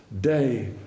day